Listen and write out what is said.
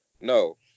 no